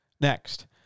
Next